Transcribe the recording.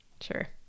Sure